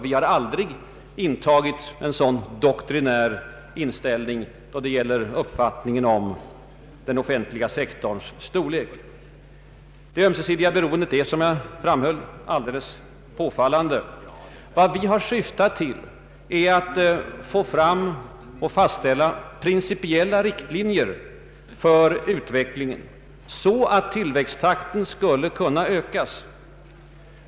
Vi har aldrig haft en så doktrinär inställning då det gäller den offentliga sektorns storlek. Det ömsesidiga beroendet är, som jag framhöll, alldeles påfallande. Vad vi har syftat till är att uppdraga principiella riktlinjer för utvecklingen, så att tillväxttakten kan ökas.